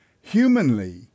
Humanly